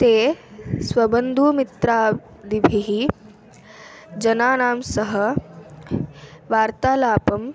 ते स्वबन्धुमित्रादिभिः जनानां सह वार्तालापम्